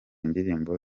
ndirimbo